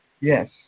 Yes